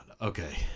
Okay